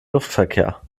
luftverkehr